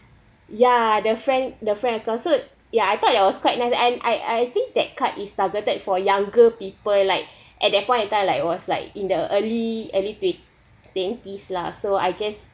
ya the frank the frank account so yeah I thought it was quite nice and I I think that card is targeted for younger people like at that point of time like I was like in the early early twen~ twenties lah so I guess